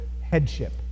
headship